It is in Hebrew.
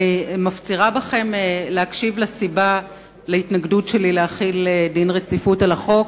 אני מבקשת מכם להקשיב לסיבה להתנגדות שלי להחיל דין רציפות על החוק.